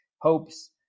hopes